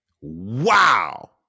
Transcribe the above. Wow